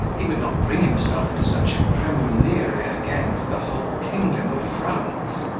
he would not bring himself into such a premunire again for the whole kingdom of france.